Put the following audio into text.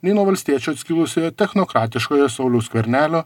nei nuo valstiečių atskilusiojo technokratiškojo sauliaus skvernelio